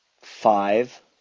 Five